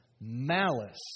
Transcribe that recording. malice